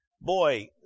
boy